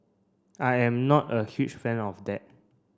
I am not a huge fan of that